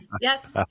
yes